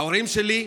ההורים שלי,